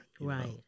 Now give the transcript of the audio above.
Right